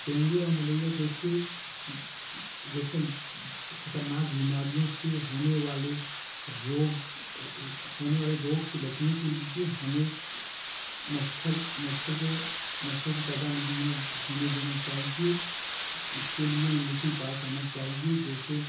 dengue और malaria जैसे जैसे ख़तरनाक बीमारियों से होने वाले रोग से होने वाले रोग से बचने के लिए हमें मच्छर मच्छर को मच्छर को पैदा नहीं होना होने देना चाहिए इसके लिए निम्नलिखित उपाय करना चाहिए जो कि